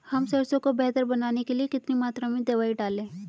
हम सरसों को बेहतर बनाने के लिए कितनी मात्रा में दवाई डालें?